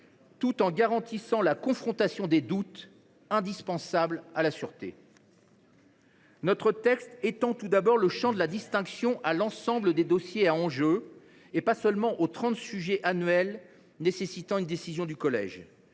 tout en garantissant la confrontation des doutes, indispensable à la sûreté. Notre texte étend tout d’abord le champ de la distinction entre expertise et décision à l’ensemble des dossiers à enjeux, et non pas seulement aux trente sujets annuels nécessitant une décision du collège.